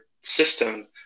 system